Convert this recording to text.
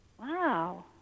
Wow